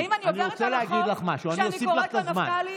האם אני עוברת על החוק כשאני קוראת לו נפתלי?